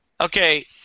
Okay